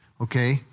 okay